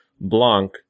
Blanc